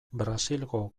brasilgo